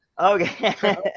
Okay